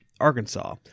Arkansas